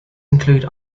include